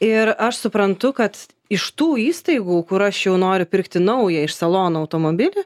ir aš suprantu kad iš tų įstaigų kur aš jau noriu pirkti naują iš salono automobilį